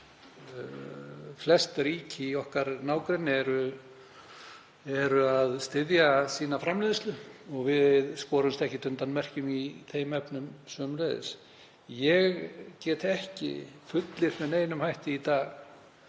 Flest ríki í okkar nágrenni eru að styðja sína framleiðslu og við skorumst ekkert undan merkjum í þeim efnum sömuleiðis. Ég get ekki fullyrt með neinum hætti í dag